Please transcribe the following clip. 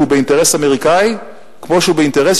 והוא באינטרס אמריקני כמו שהוא באינטרס